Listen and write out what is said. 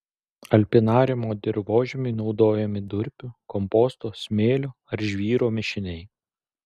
alpinariumo dirvožemiui naudojami durpių komposto smėlio ar žvyro mišiniai